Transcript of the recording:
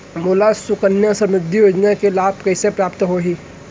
मोला सुकन्या समृद्धि योजना के लाभ कइसे प्राप्त होही?